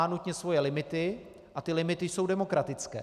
Má nutně svoje limity a ty limity jsou demokratické.